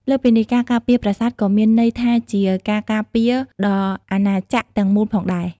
លើសពីនេះ ការការពារប្រាសាទក៏មានន័យថាជាការការពារដល់អាណាចក្រទាំងមូលផងដែរ។